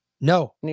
No